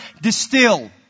distill